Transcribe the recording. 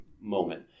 moment